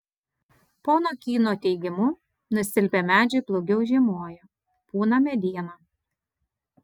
pono kyno teigimu nusilpę medžiai blogiau žiemoja pūna mediena